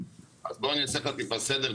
אז אני אעשה לך טיפה סדר.